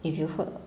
if you heard